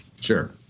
Sure